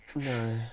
No